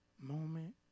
moment